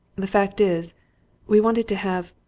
the fact is we wanted to have,